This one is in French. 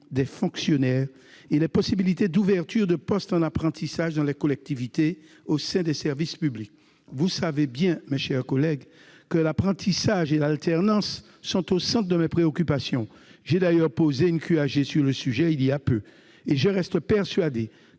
des fonctionnaires ou les possibilités d'ouverture de postes en apprentissage dans les collectivités, au sein des services publics. Vous le savez, mes chers collègues, l'apprentissage et l'alternance sont au centre de mes préoccupations. J'ai d'ailleurs posé une question d'actualité au Gouvernement sur